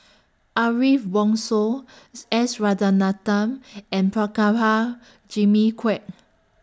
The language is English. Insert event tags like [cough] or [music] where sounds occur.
Ariff Bongso [noise] S Rajaratnam and [unintelligible] Jimmy Quek